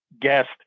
guest